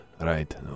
right